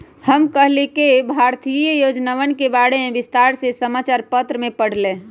हम कल्लेह भारतीय योजनवन के बारे में विस्तार से समाचार पत्र में पढ़ लय